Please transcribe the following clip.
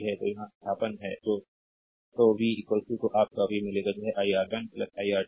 तो यहाँ स्थानापन्न है तो v तो आप का v मिलेगा यह iR1 iR2 है